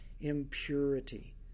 Impurity